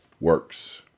works